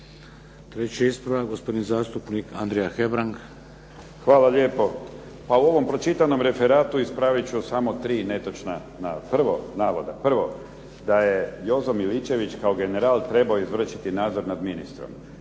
Treći ispravak, gospodin zastupnik Andrija Hebrang. **Hebrang, Andrija (HDZ)** Hvala lijepo. Pa u ovom pročitanom referatu ispravit ću samo tri netočna navoda. Prvo, da je Jozo Miličević kao general trebao izvršiti nadzor nad ministrom.